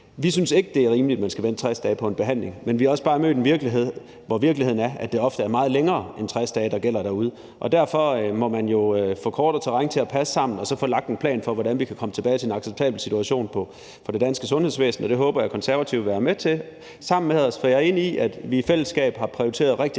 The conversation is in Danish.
Vi synes ikke, det er rimeligt, at man skal vente 60 dage på en behandling. Men vi er også bare i en virkelighed, hvor det er sådan, at det ofte er meget længere end 60 dage, der gælder derude. Og derfor må man jo få kort og terræn til at passe sammen og få lagt en plan for, hvordan vi kan komme tilbage til en acceptabel situation for det danske sundhedsvæsen. Det håber jeg De Konservative vil være med til. Sammen har vi i fællesskab prioriteret rigtig,